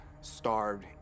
starved